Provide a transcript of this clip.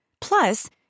Plus